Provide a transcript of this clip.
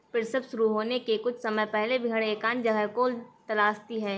प्रसव शुरू होने के कुछ समय पहले भेड़ एकांत जगह को तलाशती है